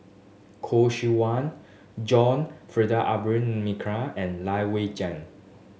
Khoo Seok Wan John and Lai Weijie